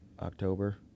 october